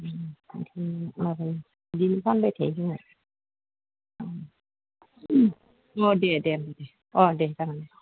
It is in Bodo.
उम मिथियो माबायो बिदिनो फानबाय थायो जोंहा अह दे दे अह दे जागोन